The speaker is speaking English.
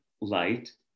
light